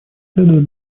следует